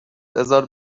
بزار